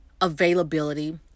availability